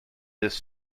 this